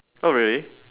oh really